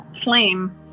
flame